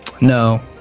No